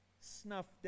snuffed